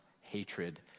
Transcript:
hatred